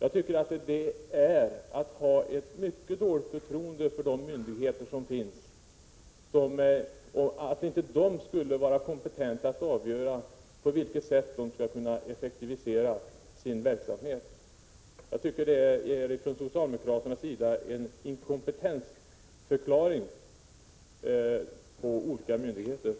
Det innebär att socialdemokraterna har ett mycket dåligt förtroende för myndigheterna, som om de inte skulle vara kompetenta att avgöra på vilket sätt de kan effektivisera sin verksamhet. Socialdemokraterna inkompetensförklarar därmed de olika myndigheterna.